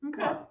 Okay